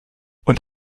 und